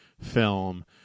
film